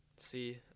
See